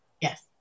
Yes